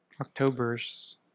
october's